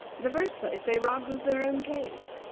the first place they robbed was their own cave,